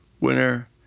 winner